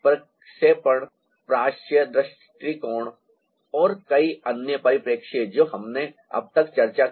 प्रक्षेपण प्राच्य दृष्टिकोण और कई अन्य परिप्रेक्ष्य जो हमने अब तक चर्चा की